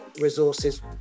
resources